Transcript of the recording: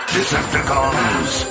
Decepticons